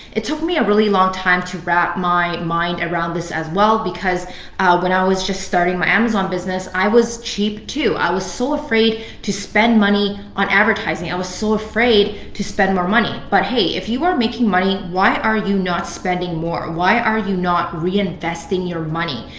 it took me a really long time to wrap my mind around this as well because when i was just starting my amazon business, i was cheap too. i was so afraid to spend money on advertising. i was so afraid to spend more money. but hey, if you are making money, why are you not spending more? why are you not reinvesting your money?